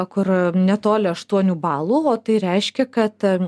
kur netoli aštuonių balų o tai reiškia kad